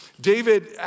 David